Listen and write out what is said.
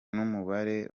n’umubare